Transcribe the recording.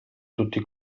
tutti